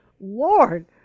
Lord